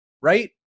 right